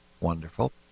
wonderful